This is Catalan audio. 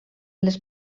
les